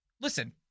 listen